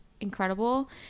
incredible